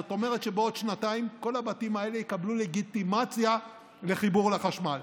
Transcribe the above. זאת אומרת שבעוד שנתיים כל הבתים האלה יקבלו לגיטימציה לחיבור לחשמל.